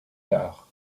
tard